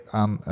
aan